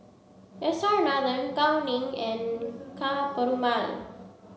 S R Nathan Gao Ning and Ka Perumal